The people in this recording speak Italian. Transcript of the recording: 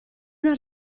una